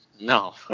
No